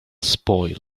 spoil